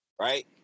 right